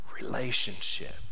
Relationship